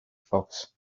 fox